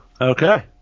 okay